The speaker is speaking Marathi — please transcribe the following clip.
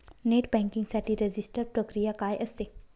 नेट बँकिंग साठी रजिस्टर प्रक्रिया काय असते?